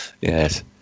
Yes